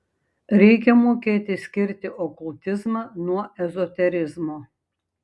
reikia mokėti skirti okultizmą nuo ezoterizmo